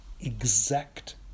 exact